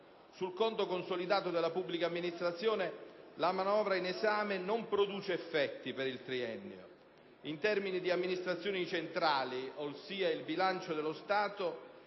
Sul conto consolidato della pubblica amministrazione, la manovra in esame non produce effetti per il triennio. In termini di amministrazioni centrali (ossia il bilancio dello Stato)